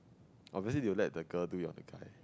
obviously they will let the girl do it on the guy